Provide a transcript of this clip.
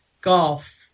golf